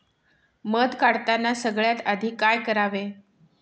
मध काढताना सगळ्यात आधी काय करावे?